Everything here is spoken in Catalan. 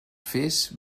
fes